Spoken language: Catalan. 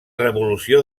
revolució